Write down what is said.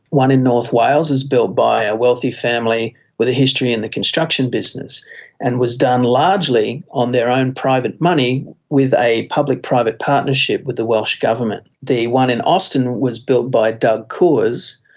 one in north wales was built by a wealthy family with a history in the construction business and was done largely on their own private money with a public-private partnership with the welsh government. the one in austin was built by doug coors.